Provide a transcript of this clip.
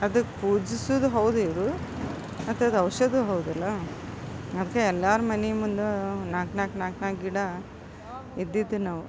ಅದಕ್ಕೆ ಪೂಜಿಸೋದು ಹೌದಿವರು ಮತ್ತದು ಔಷಧವೂ ಹೌದಲ್ಲ ಅದಕ್ಕೆ ಎಲ್ಲರೂ ಮನೆ ಮುಂದೆ ನಾಲ್ಕು ನಾಲ್ಕು ನಾಲ್ಕು ನಾಲ್ಕು ಗಿಡ ಇದ್ದಿದ್ದಿನವು